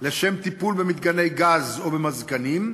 לשם טיפול במתקני גז או במזגנים,